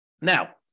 Now